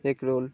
egg roll